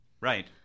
right